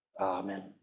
Amen